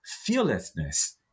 fearlessness